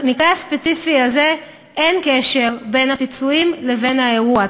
במקרה הספציפי הזה אין קשר בין הפיצויים לבין האירוע.